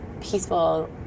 peaceful